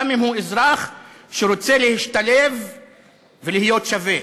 גם אם הוא אזרח שרוצה להשתלב ולהיות שווה.